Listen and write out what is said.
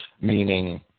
meaning